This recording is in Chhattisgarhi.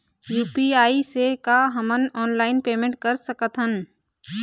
यू.पी.आई से का हमन ऑनलाइन पेमेंट कर सकत हन?